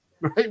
right